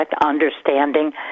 understanding